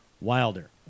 Wilder